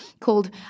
called